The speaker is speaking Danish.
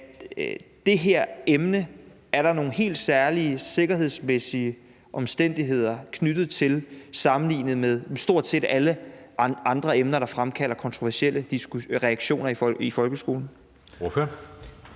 det her emne er der nogle helt særlige sikkerhedsmæssige omstændigheder knyttet til sammenlignet med stort set alle andre emner, der fremkalder kontroversielle reaktioner i folkeskolen?